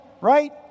Right